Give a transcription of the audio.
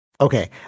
okay